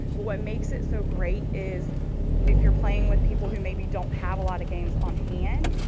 but what makes it so great is if you're playing with people who maybe don't have a lot of games on hand,